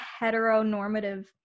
heteronormative